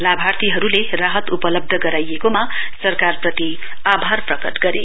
लाभार्थीहरूले राहत उपलब्ध गराइएकोमा सरकारप्रति आभार प्रकट गरे